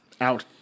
out